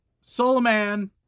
Solomon